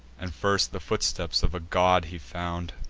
and first the footsteps of a god he found.